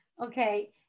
Okay